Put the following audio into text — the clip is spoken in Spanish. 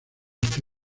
este